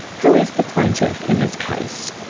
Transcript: who is the plaintiff in this case?